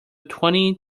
twenty